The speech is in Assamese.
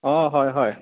অঁ হয় হয়